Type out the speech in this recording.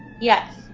Yes